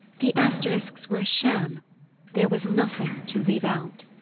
the asterisks were a sham there was nothing to leave out.